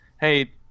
Hey